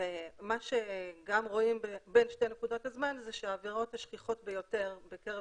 מה שגם רואים בין שתי נקודות הזמן הוא שהעבירות השכיחות ביותר בקרב